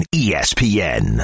espn